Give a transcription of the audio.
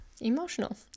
emotional